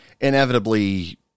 inevitably